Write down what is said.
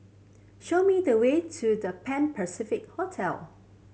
show me the way to The Pan Pacific Hotel